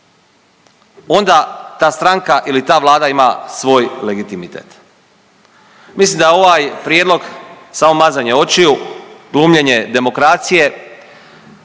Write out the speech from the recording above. onda ta stranka ili ta Vlada ima svoj legitimitet. Mislim da je ovaj prijedlog samo mazanje očiju, glumljenje demokracije